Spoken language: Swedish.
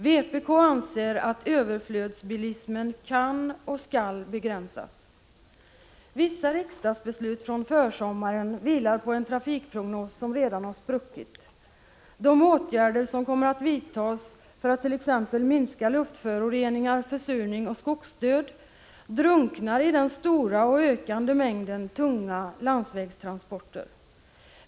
Vpk anser att överflödsbilismen kan och skall begränsas. Vissa riksdagsbeslut från försommaren vilar på en trafikprognos som redan har spruckit. De åtgärder som kommer att vidtas för att t.ex. minska luftföroreningar, försurning och skogsdöd drunknar i den stora och ökande mängden tunga landsvägstransporter.